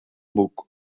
buc